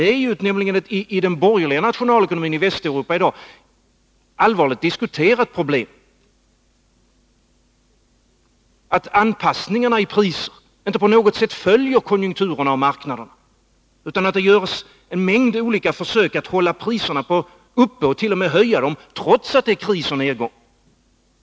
I den borgerliga nationalekonomin i Västeuropa i dag är det nämligen ett allvarligt diskuterat problem att anpassningarna i priser inte på något sätt följer konjunkturerna och marknaderna, utan att det görs en mängd olika försök att hålla priserna uppe och t.o.m. höja dem trots att det är kris och nedgång.